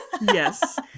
Yes